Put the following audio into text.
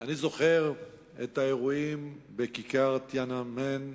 אני זוכר את האירועים בכיכר טיאננמן,